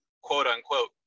quote-unquote